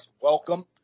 welcome